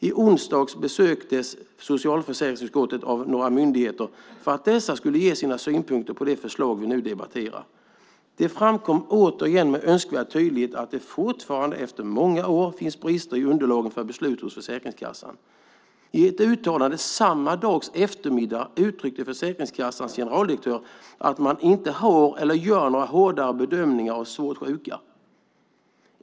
I onsdags besöktes socialförsäkringsutskottet av några myndigheter för att dessa skulle ge sina synpunkter på det förslag vi nu debatterar. Det framkom återigen med önskvärd tydlighet att det fortfarande efter många år finns brister i underlagen för beslut hos Försäkringskassan. I ett uttalande samma eftermiddag uttryckte Försäkringskassans generaldirektör att man inte gör några hårdare bedömningar av svårt sjuka.